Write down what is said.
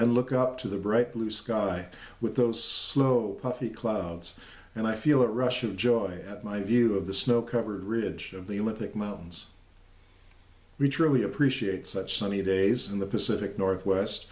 and look up to the bright blue sky with those slow puffy clouds and i feel that rush of joy at my view of the snow covered ridge of the moment that mountains we truly appreciates that sunny days in the pacific northwest